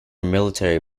military